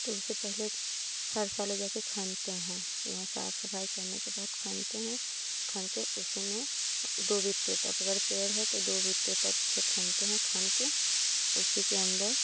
तो उससे पहिले फरसा ले जाकर खनते हैं वहाँ साफ सफाई करने के बाद खनते हैं खन के उसी में दो बित्ते तक अगर पेड़ है तो दो बित्ते तक उसे खनते हैं खन के उसी के अन्दर